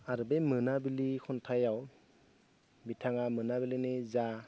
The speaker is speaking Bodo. आरो बे मोनाबिलि खन्थाइआव बिथाङा मोनाबिलिनि जा